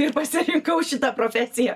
ir pasirinkau šitą profesiją